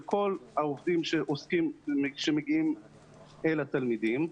של כל העובדים שמגיעים אל התלמידים.